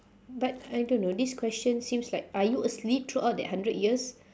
but I don't know this question seems like are you asleep throughout that hundred years